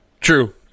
True